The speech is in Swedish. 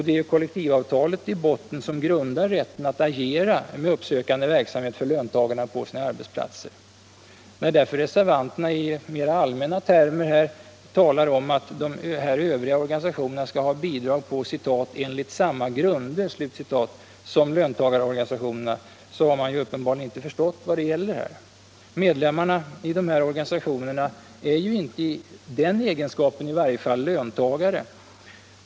Det är kollektivavtalet som ligger i botten för rätten att agera med uppsökande verksamhet för löntagarna på deras arbetsplatser. När därför reservanterna i allmänna termer talar om att de övriga organisationerna skall ha bidrag ”enligt samma grunder” som löntagarorganisationerna, har man uppenbarligen inte förstått vad det gäller. Medlemmarna i de här organisationerna är ju inte, i varje fall i den egenskapen, löntagare.